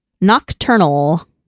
Nocturnal